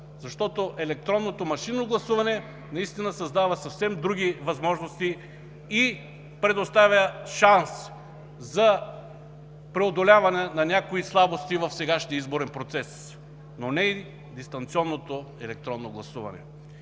защото електронното машинно гласуване наистина създава съвсем други възможности и предоставя шанс за преодоляване на някои слабости в сегашния изборен процес, но не и дистанционното електронно гласуване.